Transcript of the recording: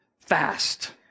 Fast